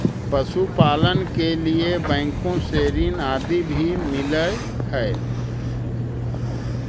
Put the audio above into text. पशुपालन के लिए बैंकों से ऋण आदि भी मिलअ हई